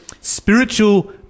spiritual